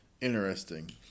Interesting